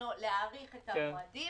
להאריך את המועדים